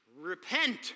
Repent